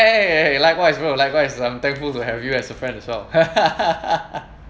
ya ya ya likewise bro likewise I'm thankful to have you as a friend as well